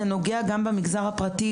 זה נוגע גם במגזר הפרטי,